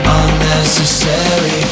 unnecessary